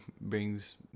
brings